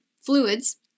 fluids